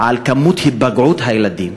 על היקף היפגעות הילדים,